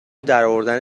درآوردن